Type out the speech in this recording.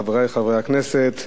חברי חברי הכנסת,